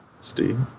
Steve